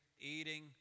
eating